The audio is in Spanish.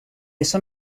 eso